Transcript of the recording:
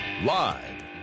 Live